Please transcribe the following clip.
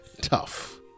tough